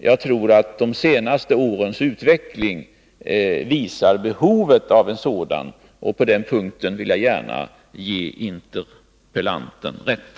Jag tror att de senaste årens utveckling visar behovet av sådana överväganden — på den punkten vill jag gärna ge interpellanten rätt.